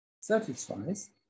satisfies